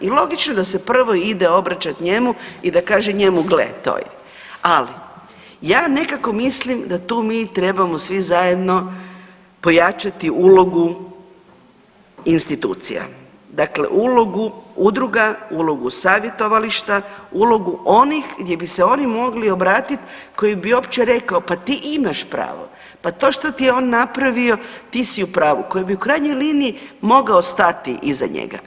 I logično da se prvo ide obraćat njemu i da kaže njemu gle toj, ali ja nekako mislim da tu mi trebamo svi zajedno pojačati ulogu institucija, dakle ulogu udruga, ulogu savjetovališta, ulogu onih gdje bi se oni mogli obrati koji bi uopće rekao pa ti imaš pravo, pa to što ti je on napravio ti si u pravu, koji bi u krajnjoj liniji mogao stati iza njega.